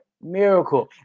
miracle